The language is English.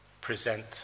present